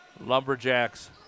Lumberjacks